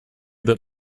that